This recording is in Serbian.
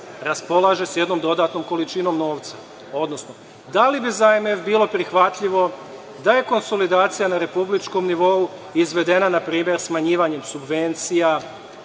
raspolaže sa jednom dodatnom količinom novca? Odnosno, da li bi za MMF bilo prihvatljivo da je konsolidacija na republičkom nivou izvedena na primer smanjivanjem subvencija,